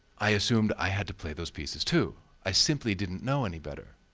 i assumed i had to play those pieces too. i simply didn't know any better.